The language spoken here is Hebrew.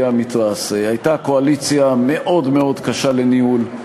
המתרס: הייתה קואליציה מאוד מאוד קשה לניהול,